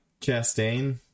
Chastain